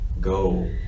go